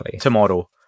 tomorrow